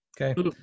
okay